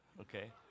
Okay